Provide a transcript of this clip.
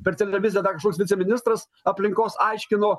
per televiziją dar kažkoks viceministras aplinkos aiškino